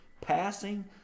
passing –